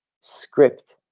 script